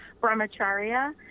brahmacharya